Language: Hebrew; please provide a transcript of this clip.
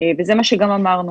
או רכיבה טיפולית.